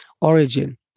origin